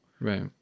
Right